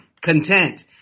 content